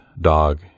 dog